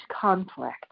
conflict